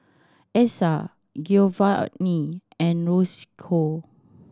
Essa Giovani and Roscoe